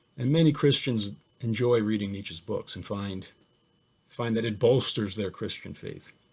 and many christians enjoy reading nietzsche's books and find find that it bolsters their christian faith.